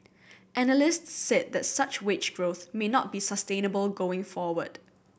analysts said that such wage growth may not be sustainable going forward